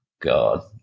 God